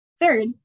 Third